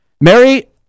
Mary